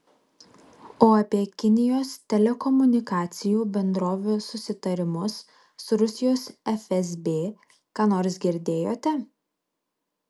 o apie kinijos telekomunikacijų bendrovių susitarimus su rusijos fsb ką nors girdėjote